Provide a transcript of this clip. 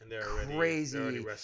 crazy